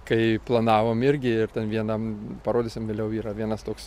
kai planavom irgi ir vienam parodysim vėliau yra vienas toks